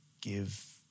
give